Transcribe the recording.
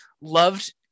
loved